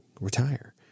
Retire